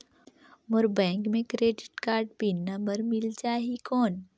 मोर bank मे credit card pin number मिल जाहि कौन?